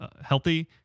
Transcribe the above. healthy